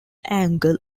angle